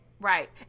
Right